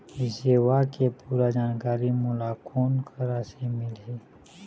ये सेवा के पूरा जानकारी मोला कोन करा से मिलही?